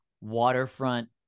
waterfront